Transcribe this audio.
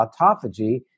autophagy